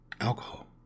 Alcohol